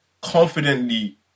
confidently